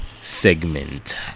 segment